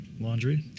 Laundry